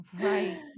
Right